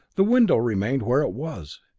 the window remained where it was.